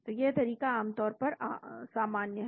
तो यह तरीका आम तौर पर सामान्य है